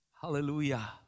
Hallelujah